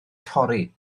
torri